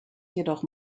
jedoch